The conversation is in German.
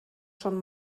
schon